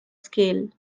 scale